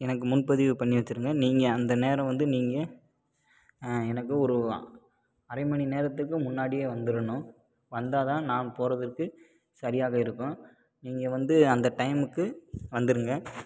எனக்கு முன் பதிவு பண்ணி வச்சுருங்க நீங்கள் அந்த நேரம் வந்து நீங்கள் எனக்கு ஒரு அரை மணி நேரத்துக்கு முன்னாடியே வந்துருணும் வந்தால் தான் நான் போகறதுக்கு சரியாக இருக்கும் நீங்கள் வந்து அந்த டைமுக்கு வந்துருங்க